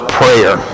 prayer